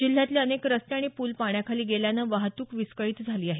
जिल्ह्यातले अनेक रस्ते आणि पूल पाण्याखाली गेल्यानं वाहतूक विस्कळीत झाली आहे